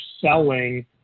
selling